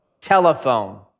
telephone